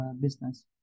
business